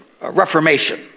Reformation